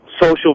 social